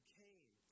came